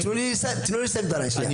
אתה יודע את זה,